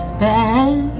bad